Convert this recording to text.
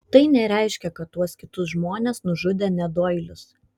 tai nereiškia kad tuos kitus žmones nužudė ne doilis